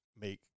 make